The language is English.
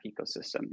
ecosystem